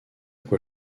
quoi